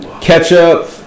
ketchup